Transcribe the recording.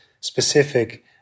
specific